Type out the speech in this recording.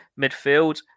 Midfield